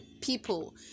people